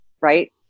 right